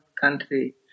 country